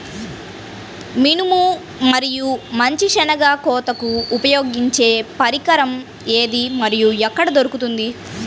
మినుము మరియు మంచి శెనగ కోతకు ఉపయోగించే పరికరం ఏది మరియు ఎక్కడ దొరుకుతుంది?